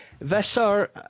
Visser